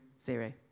zero